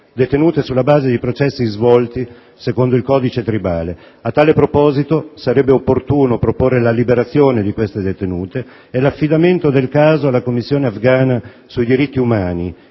detenute sulla base di processi svolti secondo il codice tribale. A tale proposito, sarebbe opportuno proporre la liberazione di queste detenute e l'affidamento del caso alla Commissione afghana sui diritti umani